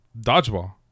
Dodgeball